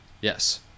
yes